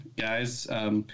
guys